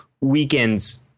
weekend's